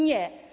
Nie.